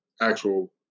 actual